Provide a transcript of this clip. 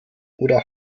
oder